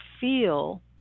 feel